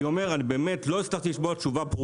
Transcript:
אני באמת לא הצלחתי לשמוע תשובה ברורה